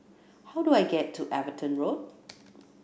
how do I get to Everton Road